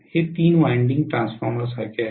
हे तीन वायंडिंग ट्रान्सफॉर्मरसारखे आहे